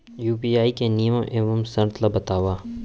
UPI के नियम एवं शर्त ला बतावव